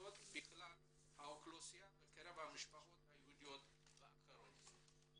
החד-הוריות בכלל האוכלוסייה ובקרב המשפחות היהודיות והאחרות.